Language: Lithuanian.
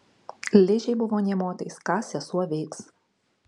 ližei buvo nė motais ką sesuo veiks